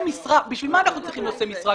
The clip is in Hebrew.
לשם מה אנחנו צריכים נושא משרה?